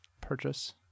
purchase